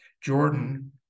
Jordan